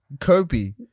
Kobe